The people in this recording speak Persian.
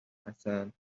عسل